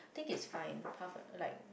I think it's fine hald a like